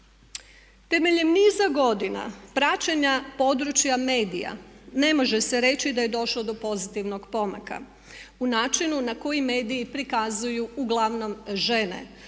Temeljem niza godina praćenja područja medija ne može se reći da je došlo do pozitivnog pomaka u načinu na koji mediji prikazuju uglavnom žene.